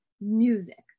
music